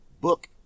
book